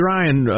Ryan